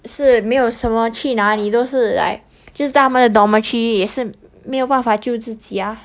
是没有什么去哪里都是 like 就是在他们的 dormitory 也是没有办法救自己啊